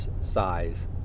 size